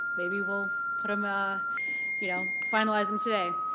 maybe we'll put them ah you know, finalize them today.